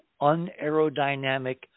un-aerodynamic